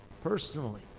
personally